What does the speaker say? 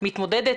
מתמודדת,